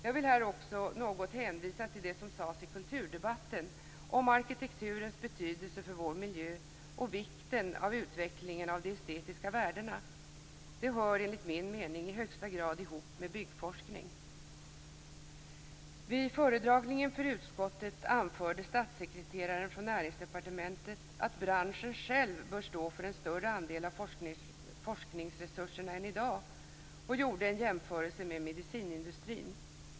Jag vill här också något hänvisa till det som sades i kulturdebatten om arkitekturens betydelse för vår miljö och vikten av utvecklingen av de estetiska värdena. Detta hör enligt min mening i högsta grad ihop med byggforskning. Vid föredragning inför utskottet anförde en statssekreterare från Näringsdepartementet att branschen själv bör stå för en större andel av forskningsresurserna än i dag och gjorde en jämförelse med medicinindustrin.